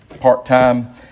part-time